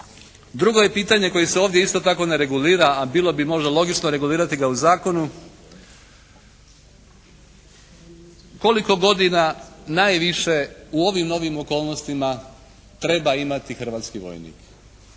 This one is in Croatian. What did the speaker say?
Drugo je pitanje koje se ovdje isto tako ne regulira a bilo bi možda logično regulirati ga u zakonu koliko godina najviše u ovim novim okolnostima treba imati hrvatski vojnik?